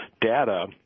data